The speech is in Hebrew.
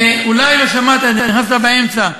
אולי לא שמעת, נכנסת באמצע.